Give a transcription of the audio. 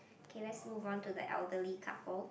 okay let's move on to the elderly couple